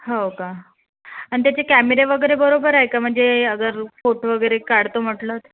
हो का अन त्याचे कॅमेरे वगैरे बरोबर आहे का म्हणजे अगर फोटो वगैरे काढतो म्हटलं